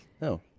No